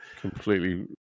completely